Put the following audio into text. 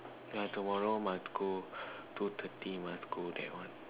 yeah tomorrow must go two thirty must go that one